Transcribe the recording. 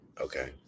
Okay